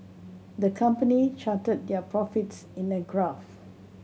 the company charted their profits in a graph